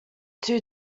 two